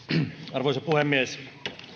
arvoisa puhemies